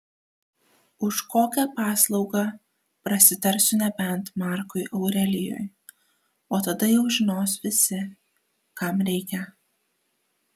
už kokią paslaugą prasitarsiu nebent markui aurelijui o tada jau žinos visi kam reikia